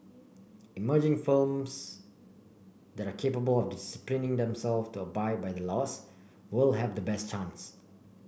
emerging firms that are capable of disciplining themselves to abide by the laws will have the best chance